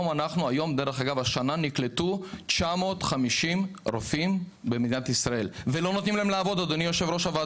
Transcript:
השנה נקלטו כ-950 רופאים במדינת ישראל ולא נותנים להם לעבוד היו"ר,